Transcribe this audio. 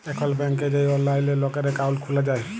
এখল ব্যাংকে যাঁয়ে অললাইলে লকের একাউল্ট খ্যুলা যায়